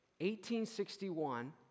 1861